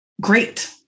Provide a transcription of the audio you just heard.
great